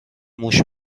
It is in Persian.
موش